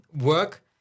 work